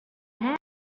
had